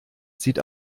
sieht